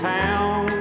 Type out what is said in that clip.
town